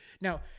Now